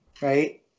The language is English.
Right